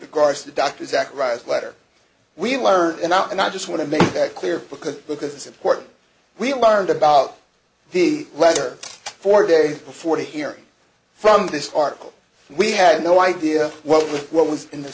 regards to dr zacharias letter we learned and i and i just want to make that clear because because it's important we learned about the letter four days before the hearing from this article we had no idea what was what was in the